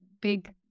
big